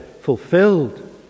fulfilled